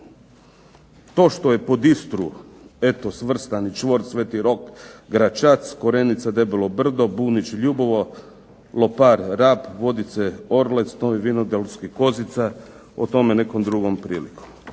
To što je pod Istru svrstan i čvor Sv. Rok, Gračac, Korenica, Debelo Brdo, Bunić, Ljubovo, Lopar, Rab, Vodice, Orlec, Novi Vinodolski, Kozica o tome nekom drugom prilikom.